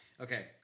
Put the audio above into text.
Okay